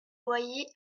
loyers